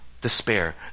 despair